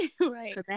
Right